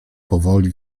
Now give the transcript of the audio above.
powoli